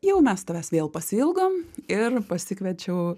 jau mes tavęs vėl pasiilgom ir pasikviečiau